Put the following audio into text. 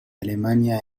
alemania